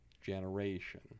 generation